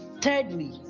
Thirdly